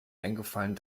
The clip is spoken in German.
eingefallen